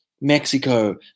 Mexico